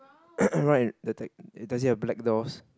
right the ta~ does it have black doors